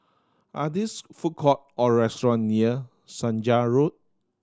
are these food courts or restaurant near Senja Road